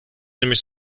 nämlich